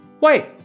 Wait